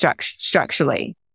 structurally